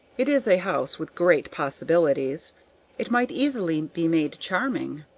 it is a house with great possibilities it might easily be made charming.